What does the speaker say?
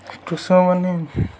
କୃଷକମାନେ